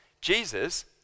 Jesus